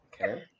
Okay